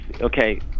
Okay